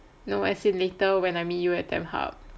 no as in later when I meet you at tamp hub